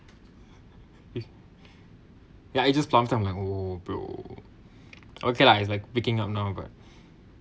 ya it just los~ on my hole bro okay lah it's like picking up now got